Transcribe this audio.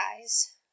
guys